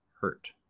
hurt